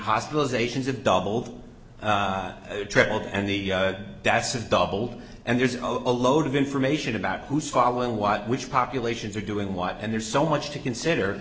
hospitalizations have doubled tripled and the that's it doubled and there's a load of information about who's following what which populations are doing what and there's so much to consider